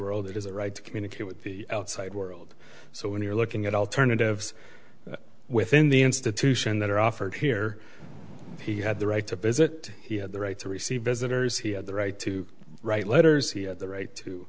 a right to communicate with the outside world so when you're looking at alternatives within the institution that are offered here he had the right to visit he had the right to receive visitors he had the right to write letters he had the right